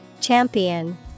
Champion